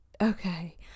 Okay